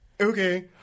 okay